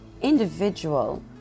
individual